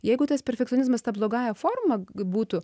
jeigu tas perfekcionizmas ta blogąja forma būtų